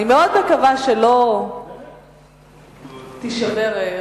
אני מאוד מקווה שלא תישבר רוחך.